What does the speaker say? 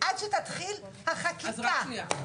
אלא עד שתתחיל החקיקה.